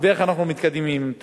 ואיך אנחנו מתקדמים עם התוכנית.